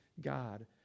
God